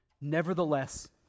Nevertheless